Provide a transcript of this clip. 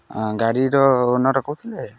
ଗାଡ଼ିର ଓନର୍ କହୁଥିଲେ